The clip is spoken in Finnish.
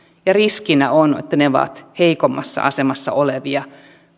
ja riskinä on että ne ovat heikommassa asemassa olevia